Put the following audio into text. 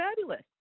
fabulous